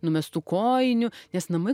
numestų kojinių nes namai